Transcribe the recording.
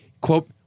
Quote